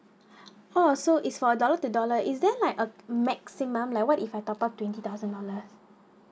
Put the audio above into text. oh so is for dollar to dollar is there like a maximum like what if I top up twenty thousand dollar